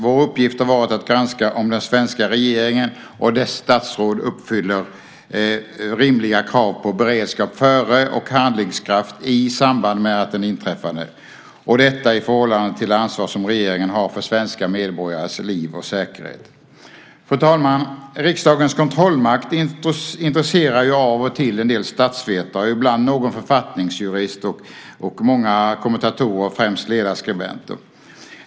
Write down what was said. Vår uppgift har varit att granska om den svenska regeringen och dess statsråd uppfyller rimliga krav på beredskap före och handlingskraft i samband med att katastrofen inträffade, och detta i förhållande till det ansvar som regeringen har för svenska medborgares liv och säkerhet. Fru talman! Riksdagens kontrollmakt intresserar av och till en del statsvetare och ibland någon författningsjurist och många kommentatorer, främst ledarskribenter.